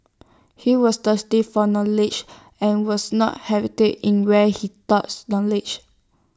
he was thirsty for knowledge and was not in where he sought knowledge